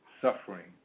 suffering